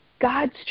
God's